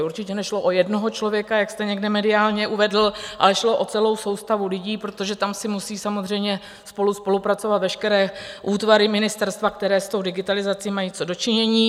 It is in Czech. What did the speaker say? Určitě nešlo o jednoho člověka, jak jste někde mediálně uvedl, ale šlo o celou soustavu lidí, protože tam musí samozřejmě spolu spolupracovat veškeré útvary ministerstva, které s digitalizací mají co do činění.